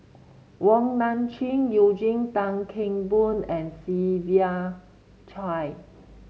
Wong Nai Chin Eugene Tan Kheng Boon and Siva Choy